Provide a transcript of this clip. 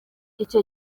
icyo